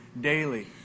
daily